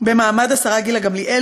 במעמד השרה גילה גמליאל,